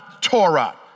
Torah